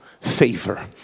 favor